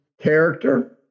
character